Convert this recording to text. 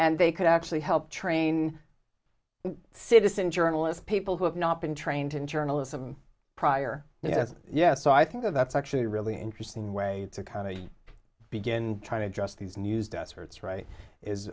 and they could actually help train citizen journalist people who have not been trained in journalism prior yes yes so i think that's actually really interesting way to kind of begin trying to address these news that starts right is